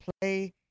play